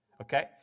okay